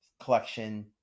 collection